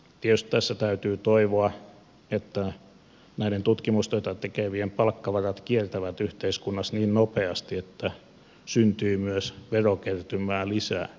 tietysti tässä täytyy toivoa että näiden tutkimustyötä tekevien palkkavarat kiertävät yhteiskunnassa niin nopeasti että syntyy myös verokertymää lisää